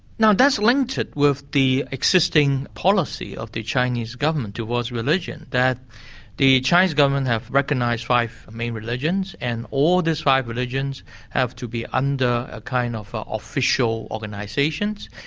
now that's linked with the existing policy of the chinese government towards religion, that the chinese government have recognised five main religions, and all these five religions have to be under ah kind of ah official organisations.